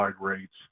rates